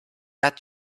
that